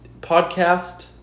Podcast